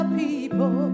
people